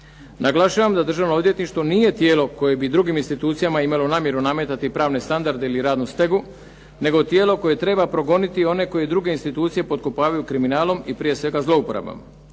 Naglašavam da Državno odvjetništvo nije tijelo koje bi drugim institucijama imalo namjeru nametati pravne standarde ili radnu stegu nego tijelo koje treba progoniti one koje druge institucije potkopavaju kriminalom i prije svega zlouporabom.